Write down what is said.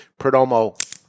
Perdomo